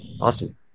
Awesome